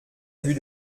vue